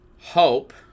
hope